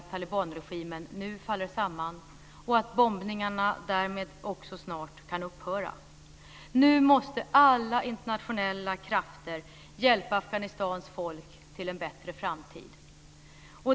Talibanregimen faller nu samman. Bombningarna kan därmed snart upphöra. Nu måste alla internationella krafter hjälpa Afghanistans folk till en bättre framtid.